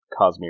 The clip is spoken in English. Cosmere